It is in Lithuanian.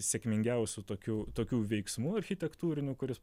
sėkmingiausių tokių tokių veiksmų architektūrinių kuris